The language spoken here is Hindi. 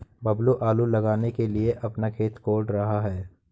बबलू आलू लगाने के लिए अपना खेत कोड़ रहा है